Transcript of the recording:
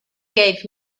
gave